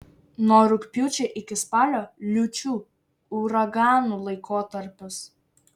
nuo rugpjūčio iki spalio liūčių uraganų laikotarpis